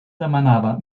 demanava